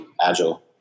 Agile